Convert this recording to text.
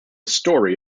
story